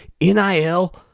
NIL